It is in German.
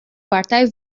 partei